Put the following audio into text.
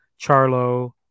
Charlo